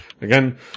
again